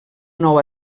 nou